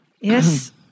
Yes